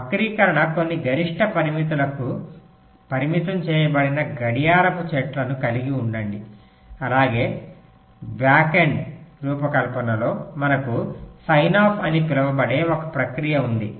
వక్రీకరణ కొన్ని గరిష్ట పరిమితులకు పరిమితం చేయబడిన గడియారపు చెట్టును కలిగి ఉండండి అలాగే బ్యాకెండ్ రూపకల్పనలో మనకు సైన్ఆఫ్ అని పిలువబడే ఒక ప్రక్రియ ఉంది